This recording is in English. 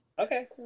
Okay